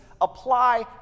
apply